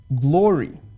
glory